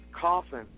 coffin